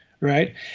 Right